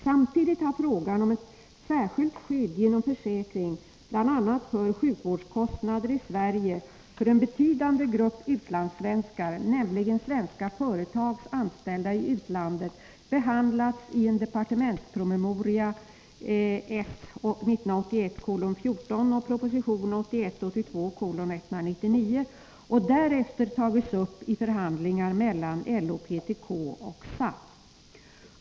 Samtidigt har frågan om ett särskilt skydd genom försäkring — bl.a. för sjukvårdskostnader i Sverige — för en betydande grupp utlandssvenskar, nämligen svenska företags anställda i utlandet, behandlats i en departementspromemoria, Ds S 1981:14, och i proposition 1981/82:199 och därefter tagits upp i förhandlingar mellan LO, PTK och SAF.